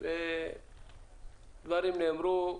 דברים נאמרו.